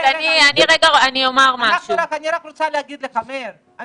אני רוצה לומר לך שלא